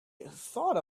thought